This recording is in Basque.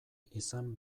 izan